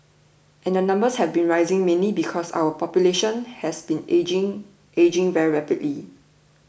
and the numbers have been rising mainly because our population has been ageing ageing very rapidly